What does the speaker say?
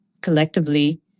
collectively